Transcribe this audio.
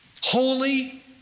holy